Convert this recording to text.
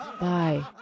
Bye